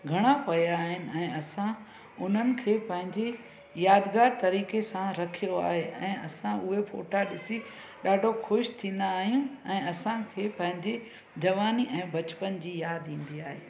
घणा पिया आहिनि ऐं असां उन्हनि खे पंहिंजी यादगार तरीक़े सां रखियो आहे ऐं असां उहे फ़ोटा ॾिसी ॾाढो ख़ुशि थींदा आहियूं ऐं असांखे पंहिंजी जवानी ऐं बचपन जी यादि ईंदी आहे